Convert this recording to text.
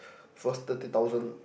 first thirty thousand